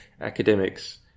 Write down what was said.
Academics